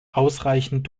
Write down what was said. ausreichend